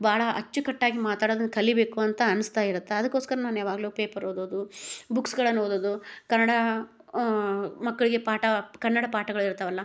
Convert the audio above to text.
ಭಾಳ ಅಚ್ಚುಕಟ್ಟಾಗಿ ಮಾತಾಡೋದನ್ನ ಕಲಿಯಬೇಕು ಅಂತ ಅನ್ಸ್ತಾ ಇರುತ್ತೆ ಅದಕ್ಕೋಸ್ಕರ ನಾನು ಯಾವಾಗಲೂ ನಾನು ಪೇಪರ್ ಓದೋದು ಬುಕ್ಸ್ಗಳನ್ನ ಓದೋದು ಕನ್ನಡ ಮಕ್ಕಳಿಗೆ ಪಾಠ ಕನ್ನಡ ಪಾಠಗಳು ಇರ್ತಾವಲ್ಲ